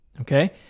Okay